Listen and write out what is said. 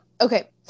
okay